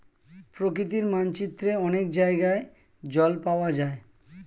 প্রকৃতির মানচিত্রে অনেক জায়গায় জল পাওয়া যায়